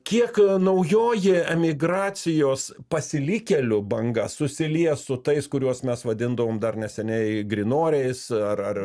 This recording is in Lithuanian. kiek naujoji emigracijos pasilikėlių banga susilies su tais kuriuos mes vadindavom dar neseniai grynoriais ar ar